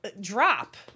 drop